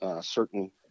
certain